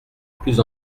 plus